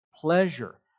pleasure